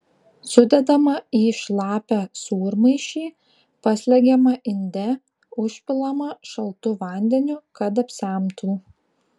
sudedama į šlapią sūrmaišį paslegiama inde užpilama šaltu vandeniu kad apsemtų